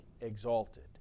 exalted